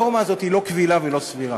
הנורמה הזאת היא לא קבילה ולא סבירה.